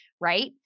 right